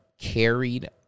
carried